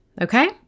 Okay